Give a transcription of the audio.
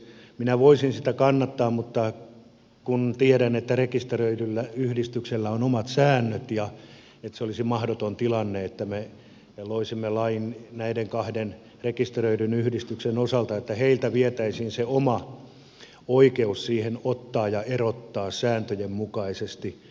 minä voisin sitä kannattaa mutta tiedän että rekisteröidyllä yhdistyksellä on omat säännöt ja että olisi mahdoton tilanne että me loisimme lain näiden kahden rekisteröidyn yhdistyksen osalta niin että heiltä vietäisiin se oma oikeus ottaa ja erottaa sääntöjen mukaisesti jäseniä